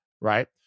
right